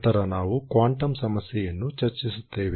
ನಂತರ ನಾವು ಕ್ವಾಂಟಮ್ ಸಮಸ್ಯೆಯನ್ನು ಚರ್ಚಿಸುತ್ತೇವೆ